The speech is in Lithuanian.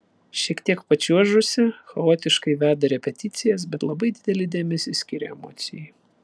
šiek tiek pačiuožusi chaotiškai veda repeticijas bet labai didelį dėmesį skiria emocijai